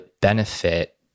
benefit